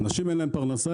לאנשים אין פרנסה,